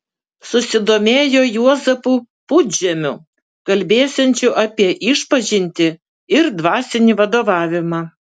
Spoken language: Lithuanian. susidomėjo juozapu pudžemiu kalbėsiančiu apie išpažintį ir dvasinį vadovavimą